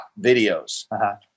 videos